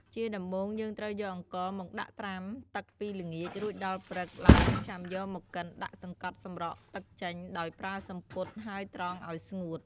ជាដំបូង យើងត្រូវយកអង្ករមកដាក់ត្រាំទឹកពីល្ងាច រួចដល់ព្រឹកឡើងចាំយកមកកិនដាក់សង្កត់សម្រក់ទឹកចេញដោយប្រើសំពត់ ហើយត្រងអោយស្ងួត។